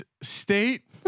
State